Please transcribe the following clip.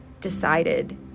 decided